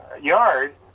yard